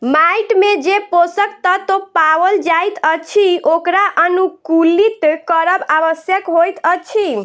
माइट मे जे पोषक तत्व पाओल जाइत अछि ओकरा अनुकुलित करब आवश्यक होइत अछि